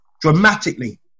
dramatically